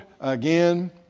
again